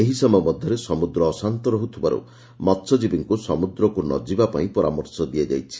ଏହି ସମୟ ମଧ୍ୟରେ ସମୁଦ୍ର ଅଶାନ୍ତ ରହୁଥିବାରୁ ମହ୍ୟଜୀବୀଙ୍କୁ ସମୁଦ୍ରକୁ ନ ଯିବା ପାଇଁ ପରାମର୍ଶ ଦିଆଯାଇଛି